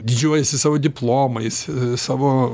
didžiuojasi savo diplomais savo